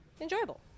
Enjoyable